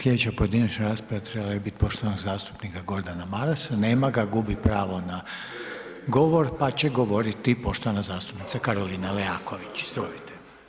Slijedeća pojedinačna rasprava trebala je bit poštovanog zastupnika Gordana Marasa, nema ga, gubi pravo na govor, pa će govoriti poštovana zastupnica Karolina Leaković, izvolite.